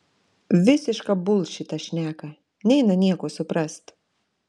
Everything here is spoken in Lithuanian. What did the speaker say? visišką bulšitą šneka neina nieko suprast